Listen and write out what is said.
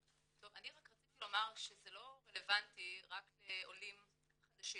רציתי רק לומר שזה לא רלבנטי רק לעולים חדשים.